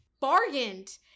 bargained